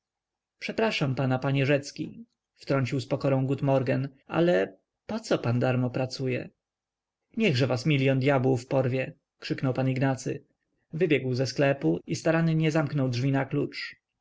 przepraszam pana panie rzecki wtrącił z pokorą gutmorgen ale poco pan darmo pracuje niechże was milion dyabłów porwie krzyknął pan ignacy wybiegł ze sklepu i starannie zamknął drzwi na klucz